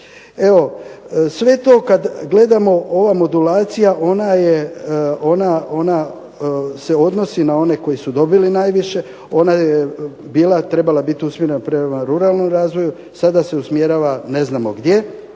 Evo sve to kada gledamo ova modulacija ona se odnosi na one koji su dobili najviše, ona je trebala biti usmjerena prema ruralnom razvoju, sada se usmjerava ne znamo gdje.